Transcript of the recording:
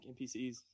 NPCs